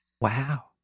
Wow